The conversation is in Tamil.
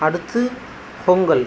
அடுத்து பொங்கல்